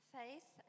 faith